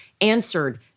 answered